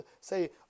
say